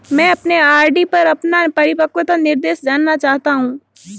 मैं अपने आर.डी पर अपना परिपक्वता निर्देश जानना चाहता हूं